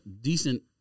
decent